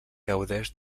gaudeix